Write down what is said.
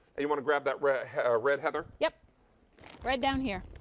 want to grab that red red heather? yeah right down here.